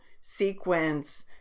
sequence